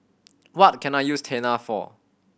what can I use Tena for